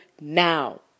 now